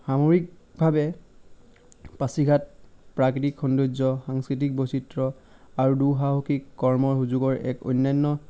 সামৰিকভাৱে পাছিঘাট প্ৰাকৃতিক সৌন্দৰ্য সাংস্কৃতিক বৈচিত্ৰ আৰু দুঃসাহসিক কৰ্মৰ সুযোগৰ এক অন্যান্য